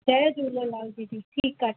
जय झूलेलाल दीदी ठीकु आहे